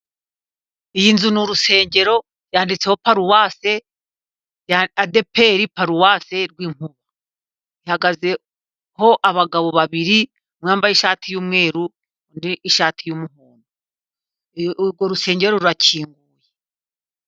Iyi nzu ni urusengero yanditseho paruwase ya ADEPR paruwasi Rwinkuba, ihagaze aho abagabo babiri bambaye ishati y'umweru, undi ishati y'umuhondo urwo rusenge rurakinguye.